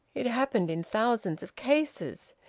it happened in thousands of cases.